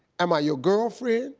am i your girlfriend?